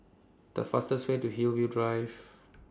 The fastest Way to Hillview Drive